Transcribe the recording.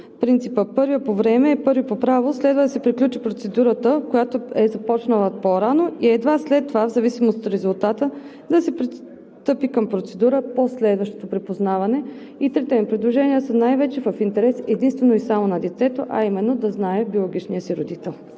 принципа „първи по време и първи по право“ следва да се приключи процедурата, която е започнала по-рано и едва след това, в зависимост от резултата, да се пристъпи към процедура по следващото припознаване. И трите ни предложения са най-вече в интерес единствено и само на детето, а именно да знае биологичния си родител.